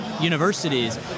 universities